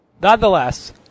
Nonetheless